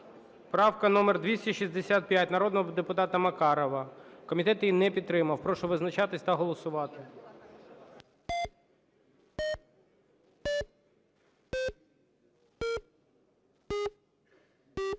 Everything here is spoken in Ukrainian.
Правка номер 265 народного депутата Макарова. Комітет її не підтримав. Прошу визначатися та голосувати. 11:30:34 За-76